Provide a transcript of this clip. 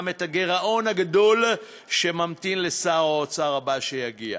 גם את הגירעון הגדול שממתין לשר האוצר הבא שיגיע.